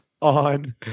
on